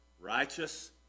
Righteous